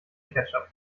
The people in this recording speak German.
ketchup